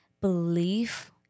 belief